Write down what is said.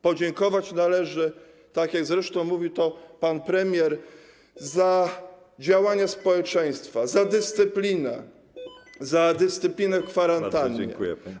Podziękować należy, tak jak zresztą mówił pan premier, za działania społeczeństwa, za dyscyplinę, za dyscyplinę w kwarantannie.